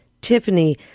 Tiffany